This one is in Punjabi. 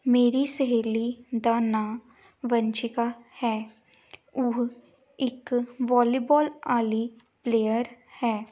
ਮੇਰੀ ਸਹੇਲੀ ਦਾ ਨਾਂ ਵੰਸ਼ਿਕਾ ਹੈ ਉਹ ਇੱਕ ਵੋਲੀਬਾਲ ਵਾਲੀ ਪਲੇਅਰ ਹੈ